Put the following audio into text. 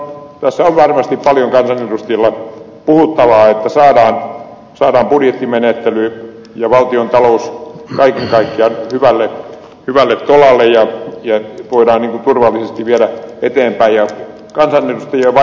tässä on varmasti paljon kansanedustajilla puhuttavaa jotta saadaan budjettimenettely ja valtiontalous kaiken kaikkiaan hyvälle tolalle ja voidaan sitä turvallisesti viedä eteenpäin